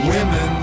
Women